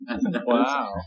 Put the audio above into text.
Wow